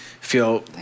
feel